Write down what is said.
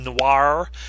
noir